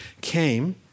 came